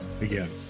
Again